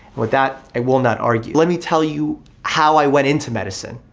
with that, i will not argue. let me tell you how i went into medicine,